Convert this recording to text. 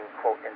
quote